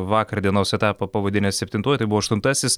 vakar dienos etapą pavadinęs septintuoju tai buvo aštuntasis